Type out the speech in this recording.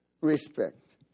respect